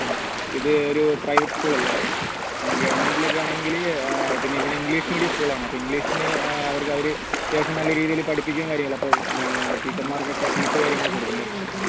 ആ ഇത് ഒരു പ്രൈവറ്റ് സ്ക്കൂൾ അല്ലേ അപ്പം ഗവൺമെൻറ്റിലൊക്കെ ആണെങ്കിൽ പിന്നെ ഇവിടെ ഇംഗ്ലീഷ് മീഡിയം സ്കൂളാണ് അപ്പോൾ ഇംഗ്ലീഷിന് അവർക്ക് അവർ അത്യാവശ്യം നല്ല രീതിയിൽ പഠിപ്പിക്കും കാര്യങ്ങൾ അപ്പോൾ ടീച്ചർമാർക്കൊക്കെ ഫീസും കാര്യങ്ങളൊക്കെ കൊടുക്കണ്ടേ